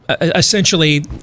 essentially